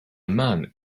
man